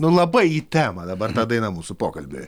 nu labai į temą dabar ta daina mūsų pokalbiui